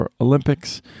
olympics